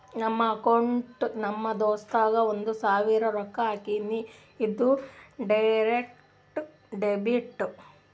ನಂದ್ ಅಕೌಂಟ್ಲೆ ನಮ್ ದೋಸ್ತುಗ್ ಒಂದ್ ಸಾವಿರ ರೊಕ್ಕಾ ಹಾಕಿನಿ, ಇದು ಡೈರೆಕ್ಟ್ ಡೆಬಿಟ್